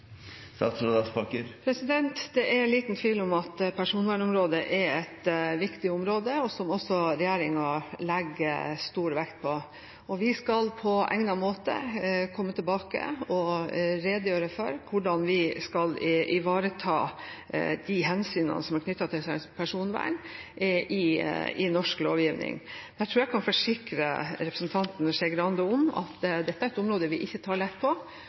Det er liten tvil om at personvernområdet er et viktig område, som også regjeringen legger stor vekt på. Vi skal på egnet måte komme tilbake og redegjøre for hvordan vi skal ivareta de hensynene som er knyttet til personvern i norsk lovgivning. Jeg tror jeg kan forsikre representanten Skei Grande om at dette er et område vi ikke tar lett på,